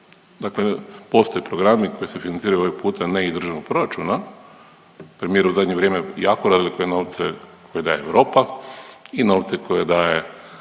dakle postoje programi koji se financiraju ovaj puta ne iz Državnog proračuna, premijer u zadnje vrijeme jako …/Govornik se ne razumije./…novce koje daje Europa i novce koje daje